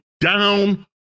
down